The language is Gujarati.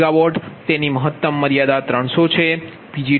21MW તેની મહત્તમ મર્યાદા 300 છે